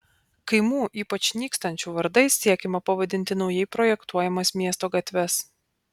kaimų ypač nykstančių vardais siekiama pavadinti naujai projektuojamas miesto gatves